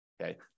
okay